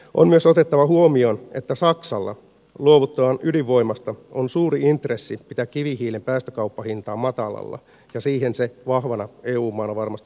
on myös otettava huomioon että saksalla luovuttuaan ydinvoimasta on suuri intressi pitää kivihiilen päästökauppahintaa matalalla ja siihen se vahvana eu maana varmasti pystyy